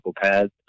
pads